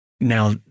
Now